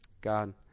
God